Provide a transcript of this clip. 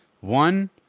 One